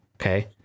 okay